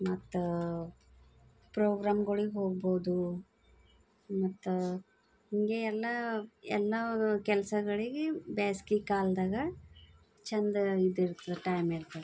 ಮತ್ತು ಪ್ರೋಗ್ರಾಮ್ಗಳಿಗ್ ಹೋಗ್ಬೋದು ಮತ್ತು ಹಂಗೆ ಎಲ್ಲ ಎಲ್ಲ ಕೆಲಸಗಳಿಗೆ ಬೇಸಿಗೆ ಕಾಲ್ದಾಗ ಚಂದ ಇದು ಇರ್ತದೆ ಟೈಮ್ ಇರ್ತದೆ